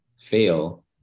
fail